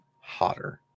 hotter